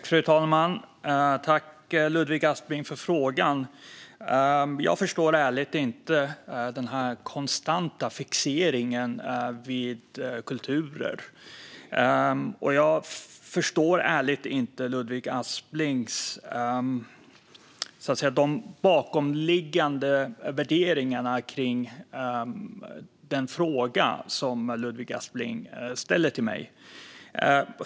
Fru talman! Tack, Ludvig Aspling, för frågan! Jag förstår ärligt talat inte denna konstanta fixering vid kulturer. Jag förstår ärligt talat inte de bakomliggande värderingarna bakom den fråga som Ludvig Aspling ställer till mig.